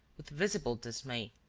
with visible dismay.